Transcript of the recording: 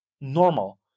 normal